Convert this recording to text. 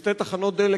ששתי תחנות דלק,